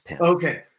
Okay